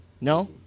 No